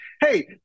Hey